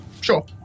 Sure